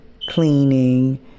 cleaning